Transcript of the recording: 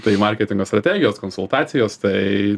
tai marketingo strategijos konsultacijos tai